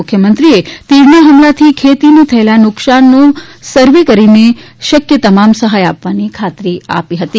મુંખ્યમંત્રીએ તીડના હ્મલાથી ખેતીને થયેલા નુકસાનનો સર્વે કરીને શક્ય તમામ સહાય આપવાની ખાતરી આપી હતી તા